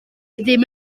ddim